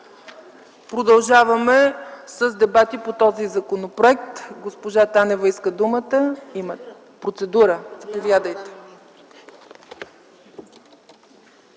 Продължаваме с дебати по този законопроект. Госпожа Танева иска думата за процедура, заповядайте.